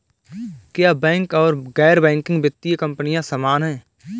क्या बैंक और गैर बैंकिंग वित्तीय कंपनियां समान हैं?